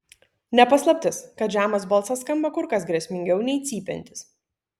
ne paslaptis kad žemas balsas skamba kur kas grėsmingiau nei cypiantis